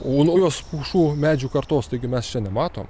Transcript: o naujos pušų medžių kartos taigi mes čia nematom